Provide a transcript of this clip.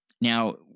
Now